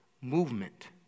Movement